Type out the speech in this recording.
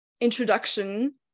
introduction